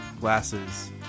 glasses